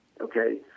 okay